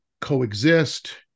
coexist